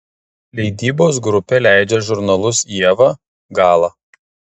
leidybos grupė leidžia žurnalus ieva gala